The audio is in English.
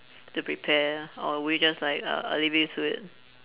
to prepare or would you just like uh I'll leave you to it